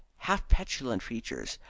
half-petulant features,